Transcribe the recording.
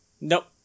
Nope